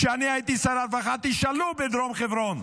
כשאני הייתי שר הרווחה, תשאלו בדרום חברון,